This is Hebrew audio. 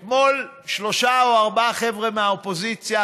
אתמול, שלושה או ארבעה חבר'ה מהאופוזיציה,